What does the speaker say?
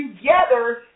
together